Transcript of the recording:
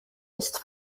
ist